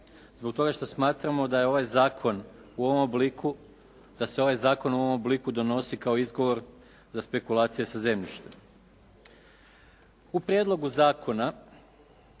zakon u ovom obliku, da se ovaj zakon u ovom obliku donosi kao izgovor za spekulacije sa zemljištem. U prijedlogu zakona